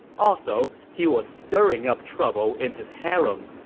also, he was stirring up trouble in his harem.